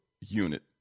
unit